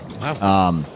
Wow